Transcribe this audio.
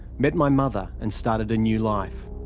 met my mother, and started a new life.